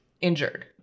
injured